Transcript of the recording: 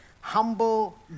humble